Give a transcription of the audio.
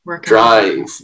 Drive